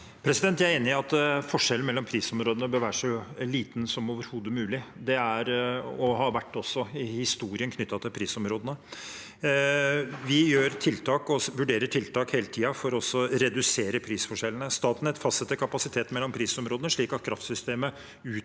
Jeg er enig i at forskjellen mellom prisområdene bør være så liten som overhodet mulig – og har vært det også i historien knyttet til prisområdene. Vi vurderer hele tiden tiltak for å redusere prisforskjellene. Statnett fastsetter kapasiteten mellom prisområdene, slik at kraftsystemet utnyttes